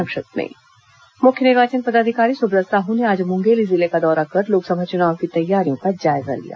संक्षिप्त समाचार मुख्य निर्वाचन पदाधिकारी सुब्रत साहू ने आज मुंगेली जिले का दौरा कर लोकसभा चुनाव की तैयारियों का जायजा लिया